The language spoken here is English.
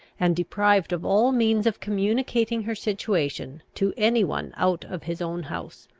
and deprived of all means of communicating her situation to any one out of his own house.